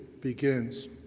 begins